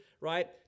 right